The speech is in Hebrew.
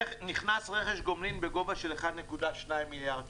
נכנס רכש גומלין בגובה של 1.2 מיליארד שקל.